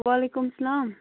وعلیکُم سَلام